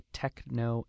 techno